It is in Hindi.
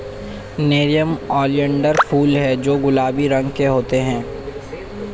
नेरियम ओलियंडर फूल हैं जो गुलाबी रंग के होते हैं